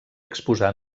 exposar